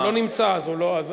הוא לא נמצא אז הוא לא,